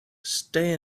stay